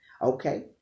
Okay